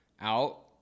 out